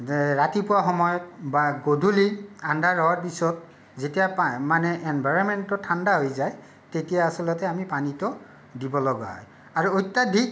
ৰাতিপুৱা সময়ত বা গধূলি আন্ধাৰ হোৱাৰ পিছত যেতিয়া মানে এনভাইৰনমেণ্টটো ঠাণ্ডা হৈ যায় তেতিয়া আচলতে আমি পানীটো দিব লগা হয় আৰু অত্যাধিক